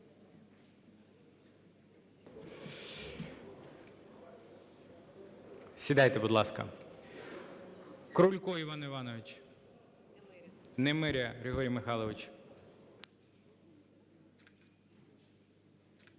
Сідайте, будь ласка.